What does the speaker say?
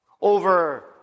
over